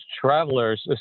travelers